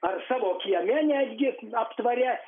ar savo kieme netgi aptvare